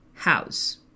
House